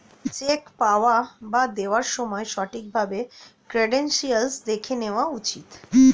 check পাওয়া বা দেওয়ার সময় ঠিক ভাবে ক্রেডেনশিয়াল্স দেখে নেওয়া উচিত